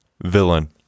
villain